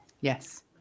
Yes